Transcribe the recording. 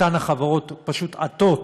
אותן חברות פשוט עטות